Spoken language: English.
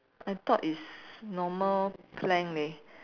I thought it's normal plank leh